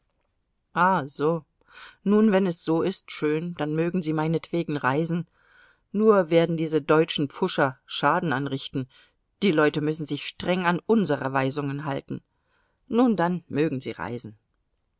ah so nun wenn es so ist schön dann mögen sie meinetwegen reisen nur werden diese deutschen pfuscher schaden anrichten die leute müssen sich streng an unsere weisungen halten nun dann mögen sie reisen